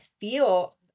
feel